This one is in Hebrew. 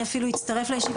אני אפילו אצטרף לישיבה,